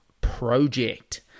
Project